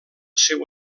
seu